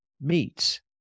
meets